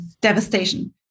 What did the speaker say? devastation